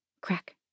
Crack